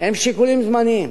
הם שיקולים זמניים.